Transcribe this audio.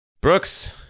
Brooks